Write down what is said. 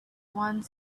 one